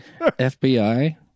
FBI